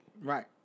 Right